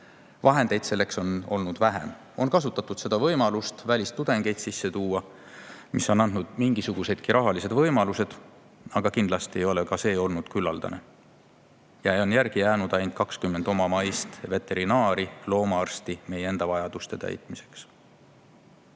Vahendeid selleks on olnud üha vähem. On kasutatud võimalust tuua sisse välistudengeid, see on andnud mingisugusedki rahalised võimalused, aga kindlasti ei ole ka see olnud küllaldane. Järele on jäänud ainult 20 omamaist veterinaari, loomaarsti meie enda vajaduste täitmiseks.